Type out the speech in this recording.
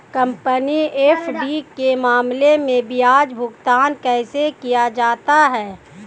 Company FD के मामले में ब्याज भुगतान कैसे किया जाता है?